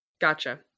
Gotcha